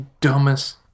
dumbest